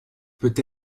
peut